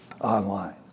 online